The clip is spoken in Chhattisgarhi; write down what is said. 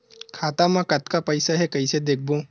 खाता मा कतका पईसा हे कइसे देखबो?